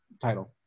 title